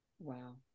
Wow